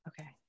Okay